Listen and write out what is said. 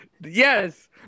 Yes